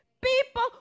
People